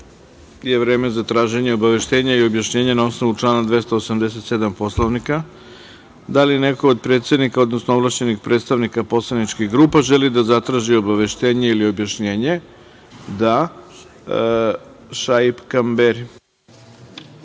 je vreme za traženje obaveštenja i objašnjenja, na osnovu člana 287. Poslovnika. Da li neko od predsednika, odnosno ovlašćenih predstavnika poslaničkih grupa, želi da zatraži obaveštenje ili objašnjenje? (Da)Reč ima Šaip Kamberi.